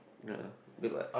ya good what